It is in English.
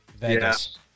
Vegas